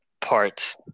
parts